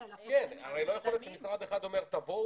הרי לא יכול להיות שמשרד אחד אומר: תבואו,